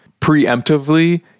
preemptively